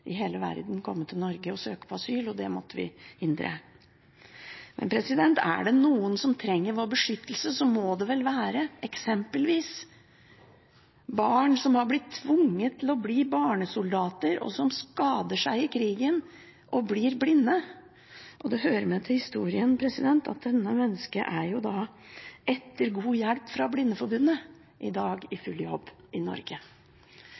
i hele verden komme til Norge og søke asyl, og det måtte vi hindre. Er det noen som trenger vår beskyttelse, så må det vel være eksempelvis barn som har blitt tvunget til å bli barnesoldater, og som skader seg i krigen og blir blinde. Det hører med til historien at dette mennesket etter god hjelp fra Blindeforbundet i dag er i full jobb i Norge.